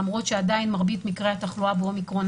למרות שעדיין מרבית מקרי התחלואה באומיקרון